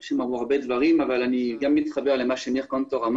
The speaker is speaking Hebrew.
אנשים אמרו הרבה דברים אבל אני מתחבר למה שאמר ניר קנטור.